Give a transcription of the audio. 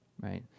right